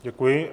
Děkuji.